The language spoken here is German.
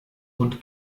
und